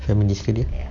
feminist ke dia